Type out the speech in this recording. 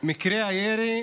מקרי הירי